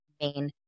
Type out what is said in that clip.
main